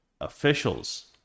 officials